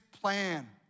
plan